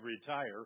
retire